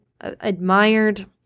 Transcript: admired